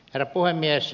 herra puhemies